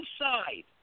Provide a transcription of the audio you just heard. inside